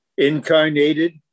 Incarnated